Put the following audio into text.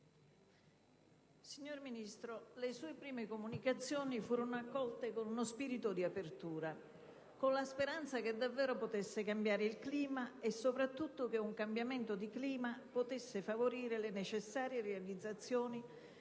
Signor Ministro, le sue prime comunicazioni furono accolte con uno spirito di apertura, con la speranza che davvero potesse cambiare il clima e soprattutto che un cambiamento di clima potesse favorire le necessarie realizzazioni